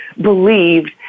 believed